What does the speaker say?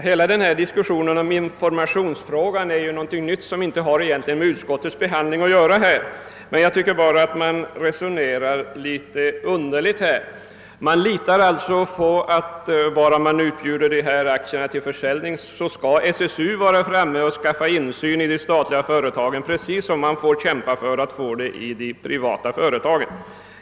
Hela denna diskussion om informationsfrågan är någonting nytt, som egentligen inte har med utskottets behandling att göra, men jag tycker ändå att man resonerar litet underligt här. Man litar tydligen på att bara aktierna utbjuds till försäljning skall SSU vara framme och skapa insyn i statliga företag precis som SSU kämpar för att skapa insyn i de privata företagen.